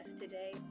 today